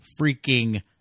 freaking